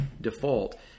default